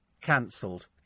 Cancelled